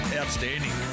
outstanding